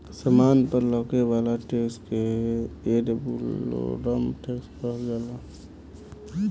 सामान पर लागे वाला टैक्स के एड वैलोरम टैक्स कहल जाला